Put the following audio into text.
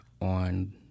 on